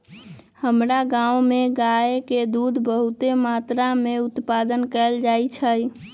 हमर गांव में गाय के दूध बहुते मत्रा में उत्पादन कएल जाइ छइ